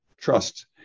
trust